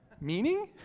meaning